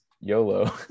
YOLO